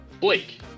Blake